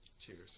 Cheers